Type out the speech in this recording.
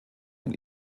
und